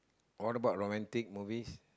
what about romantic movies